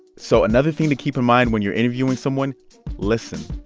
so another thing to keep in mind when you're interviewing someone listen.